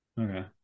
Okay